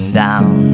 down